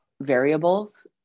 variables